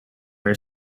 are